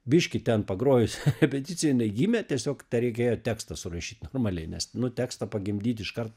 biškį ten pagrojus repeticijoj gimė tiesiog tereikėjo tekstą surašyt normaliai nes nu tekstą pagimdyt iškart